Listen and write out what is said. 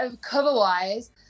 cover-wise